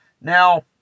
now